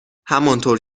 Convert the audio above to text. همانطور